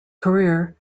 career